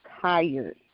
tired